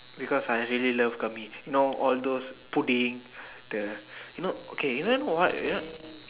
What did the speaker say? because I actually love gummy you know all those pudding the you know okay you know what